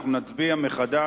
אנחנו נצביע מחדש.